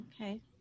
Okay